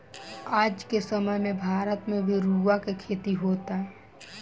आज के समय में भारत में भी रुआ के खेती होता